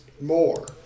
more